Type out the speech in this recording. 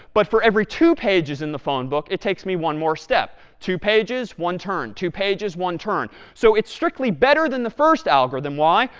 but for every two pages in the phone book it takes me one more step. two pages, one turn. two pages, one turn. so it's strictly better than the first algorithm. why?